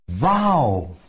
Wow